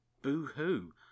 Boo-hoo